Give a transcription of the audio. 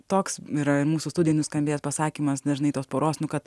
toks yra mūsų studijoj nuskambėjęs pasakymas dažnai tos poros nu kad